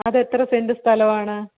അതെത്ര സെൻറ്റ് സ്ഥലവാണ്